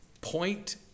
point